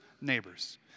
neighbors